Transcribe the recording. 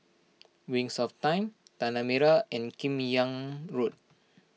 Wings of Time Tanah Merah and Kim Yam Road